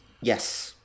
yes